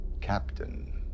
Captain